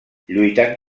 lluitant